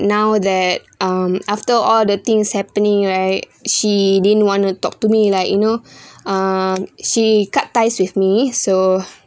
now that um after all the things happening right she didn't want to talk to me like you know um she cut ties with me so